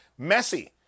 Messi